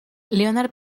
leonard